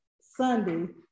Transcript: Sunday